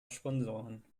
sponsoren